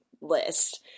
list